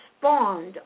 spawned